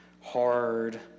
hard